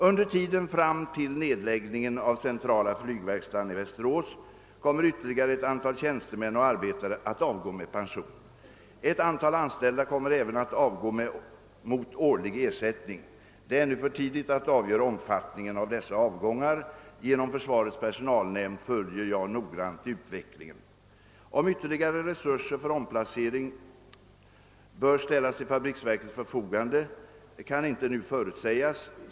Under tiden fram till nedläggningen av centrala flygverkstaden i Västerås kommer ytterligare ett antal tjänstemän och arbetare att avgå med pension. Ett antal anställda kommer även att avgå mot årlig ersättning. Det är ännu för tidigt att avgöra omfattningen av dessa avgångar. Genom försvarets personalnämnd följer jag noggrant utvecklingen i detta hänseende. Om ytterligare resurser för omplacering m.m. bör ställas till fabriksverkets förfogande kan för närvarande ej förutsägas.